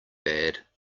bad